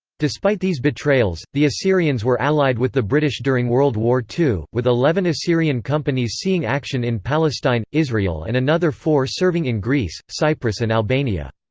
despite these betrayals, the assyrians were allied with the british during world war ii, with eleven assyrian companies seeing action in palestine israel and another four serving in greece, cyprus and albania.